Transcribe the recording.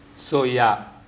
so ya